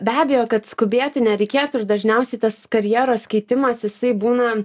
be abejo kad skubėti nereikėtų ir dažniausiai tas karjeros keitimas jisai būna